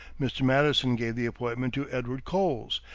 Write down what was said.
mr. madison gave the appointment to edward coles,